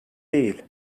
değil